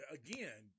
again